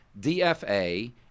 DFA